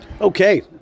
Okay